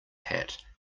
hat